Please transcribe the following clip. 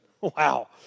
Wow